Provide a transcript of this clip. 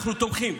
אנחנו תומכים.